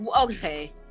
Okay